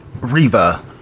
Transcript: Reva